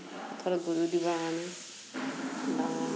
পথাৰত গৰু দিবাৰ কাৰণে বা